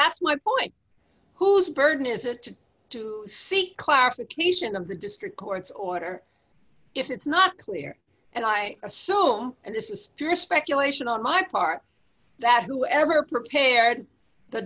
that's my point whose burden is it to seek class a teachin of the district court's order if it's not clear and i assume this is pure speculation on my part that whoever prepared the